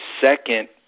second